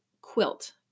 quilt